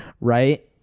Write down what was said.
right